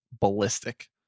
ballistic